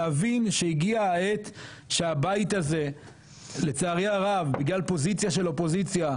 להבין שהגיעה העת שהבית הזה לצערי הרב בגלל פוזיציה של אופוזיציה,